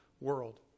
world